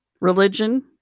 religion